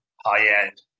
high-end